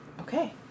Okay